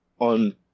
on